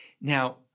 Now